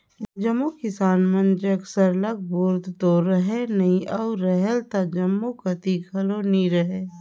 जम्मो किसान मन जग सरलग बोर तो रहें नई अउ रहेल त जम्मो कती घलो नी रहे